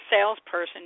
salesperson